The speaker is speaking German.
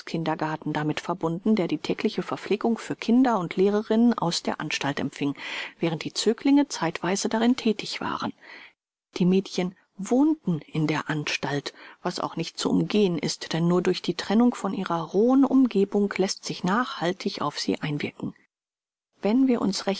volks kindergarten damit verbunden der die tägliche verpflegung für kinder und lehrerinnen aus der anstalt empfing während die zöglinge zeitweise darin thätig waren die mädchen wohnten in der anstalt was auch nicht zu umgehen ist denn nur durch die trennung von ihrer rohen umgebung läßt sich nachhaltig auf sie einwirken wenn wir uns